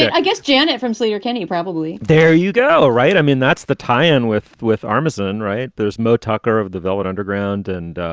i guess janet from sleater-kinney probably there you go. all right. i mean, that's the tie in with with armisen, right. there's moe tucker of the velvet underground and.